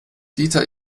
dieter